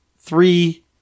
three